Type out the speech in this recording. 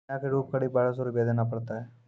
महीना के रूप क़रीब बारह सौ रु देना पड़ता है?